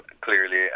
Clearly